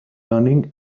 learning